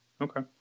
Okay